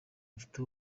abafite